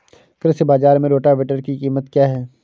कृषि बाजार में रोटावेटर की कीमत क्या है?